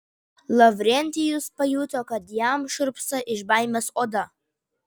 lavrentijus pajuto kad jam šiurpsta iš baimės oda